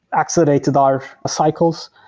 accelerated our cycles.